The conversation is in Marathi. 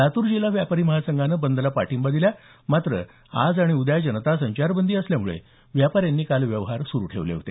लातूर जिल्हा व्यापारी महासंघाने पाठिंबा दिला मात्र आज आणि उद्या जनता संचारबंदी असल्यामुळे व्यापाऱ्यांनी काल व्यवहार सुरु ठेवले होते